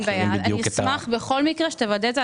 אשמח בכל מקרה שתוודא את זה.